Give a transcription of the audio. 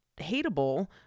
hateable